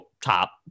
top